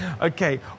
Okay